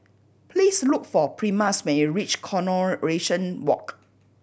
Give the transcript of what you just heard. please look for Primus when you reach Coronation Walk